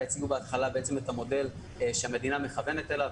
הציגו בהתחלה את המודל שהמדינה מכוונת אליו.